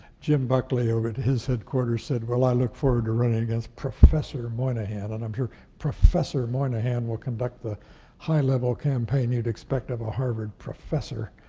jim buckley over at his headquarters said, well, i look forward to running against professor moynihan. and i'm sure professor moynihan will conduct the high level campaign you'd expect of a harvard professor.